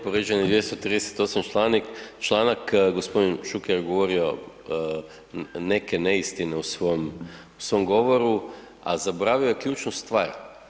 Povrijeđen je 238. članak, g. Šuker je govorio neke neistine u svom govoru, a zaboravio je ključnu stvar.